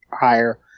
higher